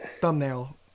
thumbnail